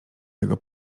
tego